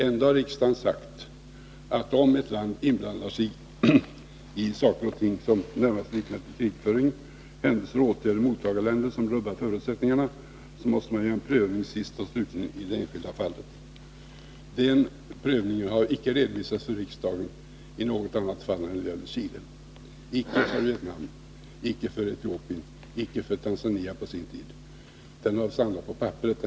Ändå har riksdagen sagt att vid händelser och åtgärder i mottagarländerna som rubbar förutsättningarna — och Vietnam är inblandat i saker och ting som närmast liknar krigföring — måste man göra en prövning sist och slutligen i det enskilda fallet. Någon sådan prövning har icke redovisats för riksdagen i något annat fall än när det gäller Chile — icke för Vietnam, icke för Etiopien, och icke på sin tid för Tanzania. Den prövningen har stannat på papperet.